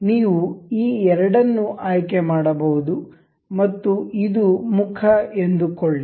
ನೀವು ಈ ಎರಡನ್ನು ಆಯ್ಕೆ ಮಾಡಬಹುದು ಮತ್ತು ಇದು ಮುಖ ಎಂದುಕೊಳ್ಳಿ